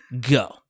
Go